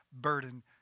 burden